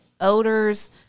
odors